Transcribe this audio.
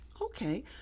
Okay